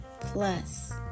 Plus